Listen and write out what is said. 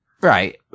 right